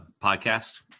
podcast